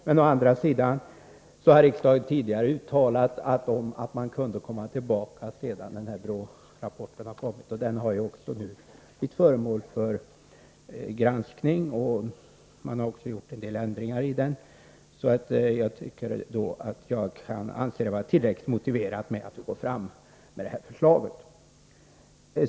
Men å andra sidan har riksdagen tidigare uttalat att man kunde komma tillbaka sedan BRÅ-rapporten kommit. Denna har nu också blivit föremål för granskning, och det har också gjorts en del ändringar i den. Jag tycker därmed att det är tillräckligt motiverat att gå fram med detta förslag.